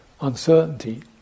Uncertainty